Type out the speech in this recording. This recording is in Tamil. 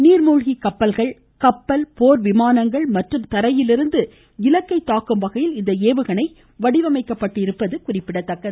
நீர்முழ்கி கப்பல்கள் கப்பல் போர் விமானங்கள் மற்றும் தரையிலிருந்து இலக்கை தாக்கும் வகையில் இந்த ஏவுகணை வடிவமைக்கப்பட்டிருப்பது குறிப்பிடத்தக்கது